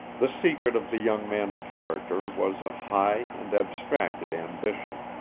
the secret of the young man's character was a high and abstracted ambition.